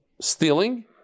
stealing